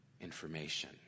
information